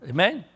Amen